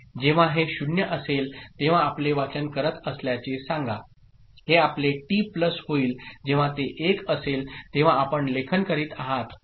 जेव्हा हे 0 असेल तेव्हा आपले वाचन करत असल्याचे सांगा हे आपले टी प्लस होईल जेव्हा ते 1 असेल तेव्हा आपण लेखन करीत आहात